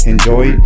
Enjoy